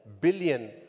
billion